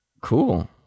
Cool